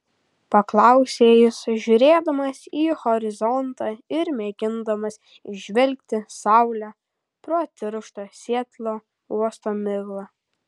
paklausė jis žiūrėdamas į horizontą ir mėgindamas įžvelgti saulę pro tirštą sietlo uosto miglą